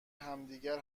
همدیگر